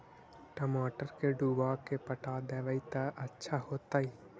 टमाटर के डुबा के पटा देबै त अच्छा होतई?